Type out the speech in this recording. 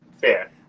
Fair